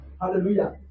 Hallelujah